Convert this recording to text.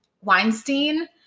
Weinstein